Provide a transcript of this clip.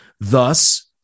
Thus